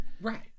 Right